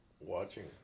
watching